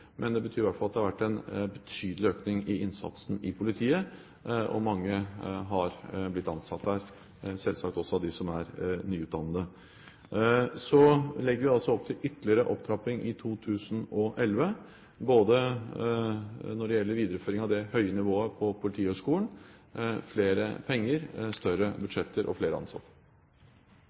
Men det betyr i hvert fall at det har vært en betydelig økning i innsatsen når det gjelder politiet, og mange har blitt ansatt der, selvsagt også av dem som er nyutdannede. Så legger vi opp til ytterligere opptrapping i 2011, både når det gjelder videreføring av det høye nivået på Politihøgskolen, flere penger, større budsjetter og flere ansatte.